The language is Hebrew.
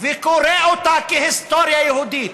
וקורא אותה כהיסטוריה יהודית,